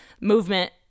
movement